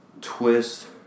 twist